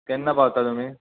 केन्ना पावता तुमी